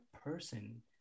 person